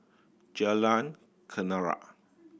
Jalan Kenarah